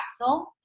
capsule